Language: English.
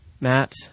Matt